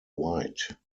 white